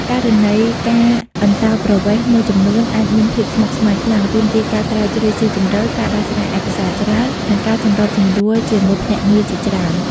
ករណីការអន្តោប្រវេសន៍មួយចំនួនអាចមានភាពស្មុគស្មាញខ្លាំង ទាមទារការស្រាវជ្រាវស៊ីជម្រៅ ការដោះស្រាយឯកសារច្រើន និងការសម្របសម្រួលជាមួយភ្នាក់ងារជាច្រើន។